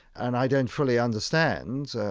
and i don't fully understand,